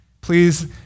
Please